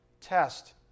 test